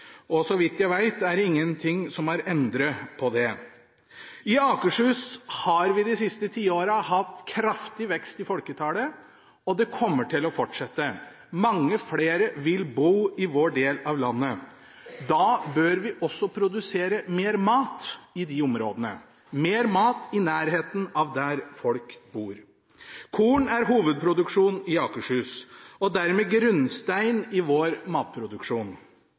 kornkommune. Så vidt jeg vet, er det ingenting som har endret på det. I Akershus har vi de siste tiårene hatt kraftig vekst i folketallet, og det kommer til å fortsette. Mange flere vil bo i vår del av landet. Da bør vi også produsere mer mat i de områdene – mer mat i nærheten av der folk bor. Korn er hovedproduksjonen i Akershus og dermed grunnsteinen i vår matproduksjon.